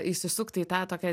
įsisukti į tą tokią